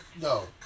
No